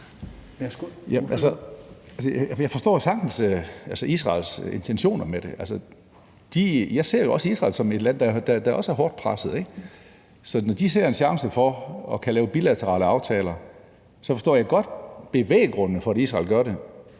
Jeg forstår sagtens Israels intentioner med det. Jeg ser jo også Israel som et land, der er hårdt presset, ikke? Så når de ser en chance for at kunne lave bilaterale aftaler, forstår jeg godt bevæggrunden for, at Israel gør det.